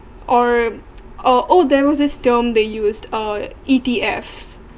or oh oh there was this term they used uh E_T_F